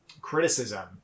criticism